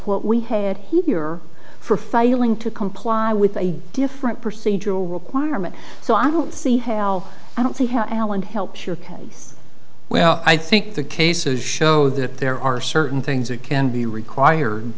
what we had here for failing to comply with a different procedural requirement so i don't see how i don't see how alan helps your case well i think the cases show that there are certain things that can be required